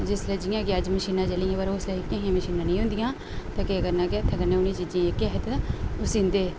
जिसलै जियां की अज मशीनां चलियां पर उसलै एह्कियां मशीनां नेईं होंदियां हियां ते केह् करना की हत्थे कन्नै उने चीजें ओह् सींदे हे